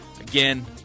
Again